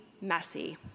messy